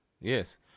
yes